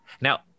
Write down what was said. Now